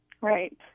Right